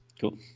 cool